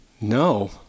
no